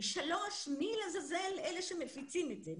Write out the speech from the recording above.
שלישית, מי לעזאזל הם אלה שמפיצים את זה?